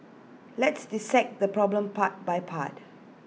let's dissect the problem part by part